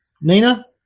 Nina